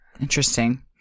Interesting